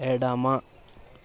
ఎడమ